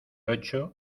ocho